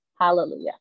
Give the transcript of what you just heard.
Hallelujah